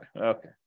Okay